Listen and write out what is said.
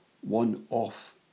one-off